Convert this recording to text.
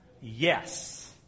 Yes